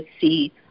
see